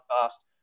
fast